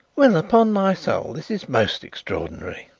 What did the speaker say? well, upon my soul this is most extraordinary,